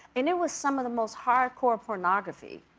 and it was some of the most hard core pornography,